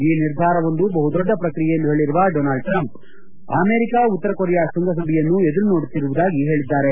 ಈ ನಿರ್ಧಾರವೊಂದು ಬಹುದೊಡ್ಡ ಪ್ರಕ್ರಿಯೆ ಎಂದು ಹೇಳಿರುವ ಡೊನಾಲ್ಡ ಟ್ರಂಪ್ ಅಮೆರಿಕ ಉತ್ಸರ ಕೊರಿಯಾ ಶ್ವಂಗಸಭೆಯನ್ನು ಎದುರು ನೋಡುತ್ತಿರುವುದಾಗಿ ಹೇಳಿದ್ದಾರೆ